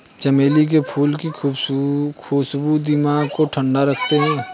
चमेली के फूल की खुशबू दिमाग को ठंडा रखते हैं